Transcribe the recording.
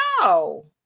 No